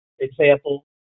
example